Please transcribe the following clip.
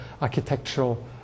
architectural